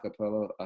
acapella